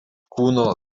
kūno